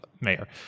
mayor